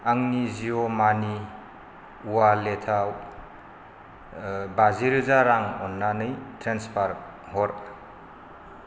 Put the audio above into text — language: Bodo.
आंनि जिअ' मानि वालेटाव बाजि रोजा रां अन्नानै ट्रेन्सफार हर